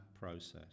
process